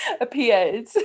appeared